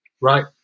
Right